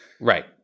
right